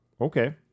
okay